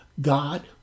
God